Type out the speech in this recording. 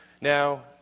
Now